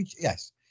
yes